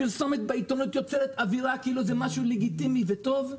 הפרסומת בעיתונות יוצרת אווירה כאילו זה משהו לגיטימי וטוב.